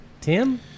Tim